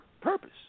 purpose